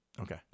okay